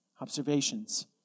observations